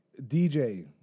dj